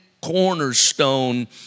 cornerstone